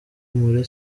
muri